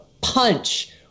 punch